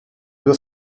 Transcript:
due